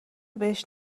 بهش